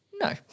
No